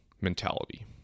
mentality